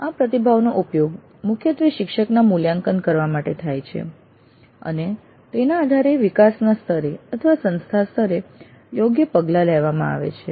આ પ્રતિભાવનો ઉપયોગ મુખ્યત્વે શિક્ષકના મૂલ્યાંકન કરવા માટે થાય છે અને તેના આધારે વિકાસના સ્તરે અથવા સંસ્થા સ્તરે યોગ્ય પગલાં લેવામાં આવે છે